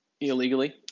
illegally